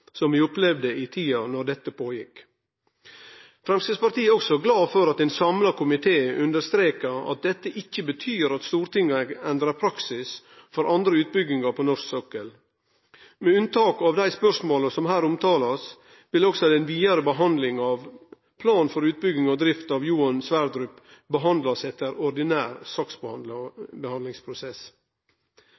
som vi opplevde i den tida dette gjekk føre seg. Framstegspartiet er også glad for at ein samla komité understrekar at dette ikkje betyr at Stortinget endrar praksis for andre utbyggingar på norsk sokkel. Med unntak av dei spørsmåla som her blir omtalte, vil også den vidare behandlinga av plan for utbygging og drift av Johan Sverdrup skje etter ordinær